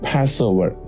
Passover